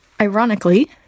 Ironically